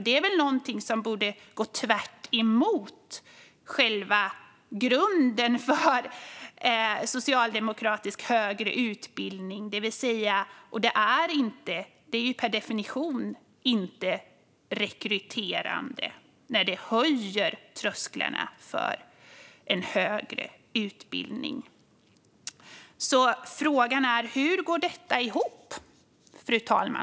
Det borde väl gå tvärtemot själva grunden för socialdemokratisk högre utbildning. Det är ju per definition inte rekryterande när det höjer trösklarna för en högre utbildning. Frågan är alltså: Hur går detta ihop, fru talman?